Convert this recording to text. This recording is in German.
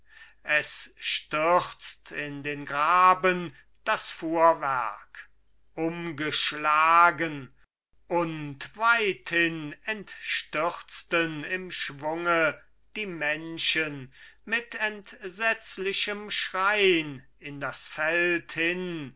es stürzt in den graben das fuhrwerk umgeschlagen und weithin entstürzten im schwunge die menschen mit entsetzlichem schrein in das feld hin